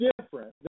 different